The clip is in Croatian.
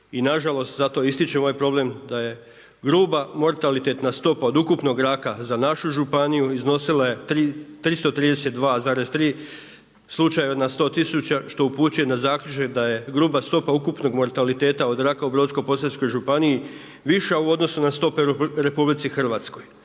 I nažalost zato i ističem ovaj problem da je gruba mortalitetna stopa od ukupnog raka za našu županiju iznosila je 332,3 slučaja na 100 tisuća što upućuje na zaključak da je gruba stopa ukupnog mortaliteta od raka u Brodsko-posavskoj županiji viša u odnosu na stope u RH. Također